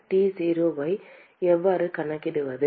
T0 ஐ எவ்வாறு கணக்கிடுவது